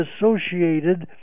associated